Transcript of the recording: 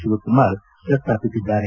ಶಿವಕುಮಾರ್ ಪ್ರಸ್ತಾಪಿಸಿದ್ದಾರೆ